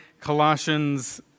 Colossians